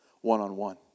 one-on-one